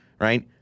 right